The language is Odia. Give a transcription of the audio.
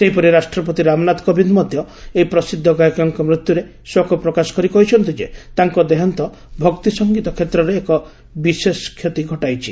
ସେହିପରି ରାଷ୍ଟ୍ରପତି ରାମନାଥ କୋବିନ୍ଦ ମଧ୍ୟ ଏହି ପ୍ରସିଦ୍ଧ ଗାୟକଙ୍କ ମୃତ୍ୟୁରେ ଶୋକ ପ୍ରକାଶ କରି କହିଛନ୍ତି ଯେ ତାଙ୍କ ଦେହାନ୍ତ ଭକ୍ତି ସଂଗୀତ କ୍ଷେତ୍ରେ ଏକ ବିଶେଷ କ୍ଷତି ଘଟାଇଛି